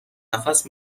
نفس